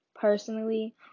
personally